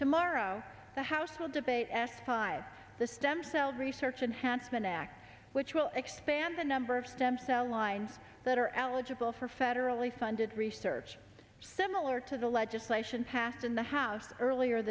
tomorrow the house will debate s five the stem cell research and hansen act which will expand the number of stem cell lines that are eligible for federally funded research similar to the legislation passed in the house earlier